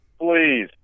please